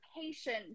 patient